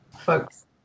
folks